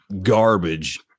garbage